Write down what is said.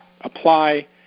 apply